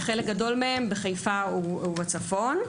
חלקם הגדול בחיפה ובצפון.